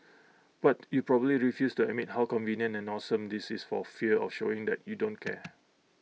but you probably refuse to admit how convenient and awesome this is for fear of showing that you don't care